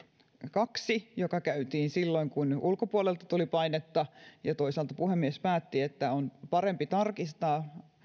kaksi käytiin silloin kun ulkopuolelta tuli painetta ja toisaalta puhemies päätti että on parempi tarkistaa